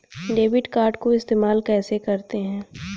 Debit card को इस्तेमाल कैसे करते हैं?